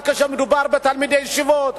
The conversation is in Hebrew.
אבל כשמדובר בתלמידי ישיבות,